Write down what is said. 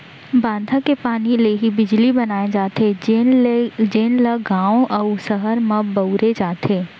बांधा के पानी ले ही बिजली बनाए जाथे जेन ल गाँव अउ सहर म बउरे जाथे